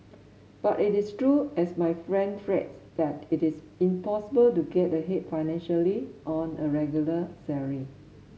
but is it true as my friend frets that it is impossible to get ahead financially on a regular salary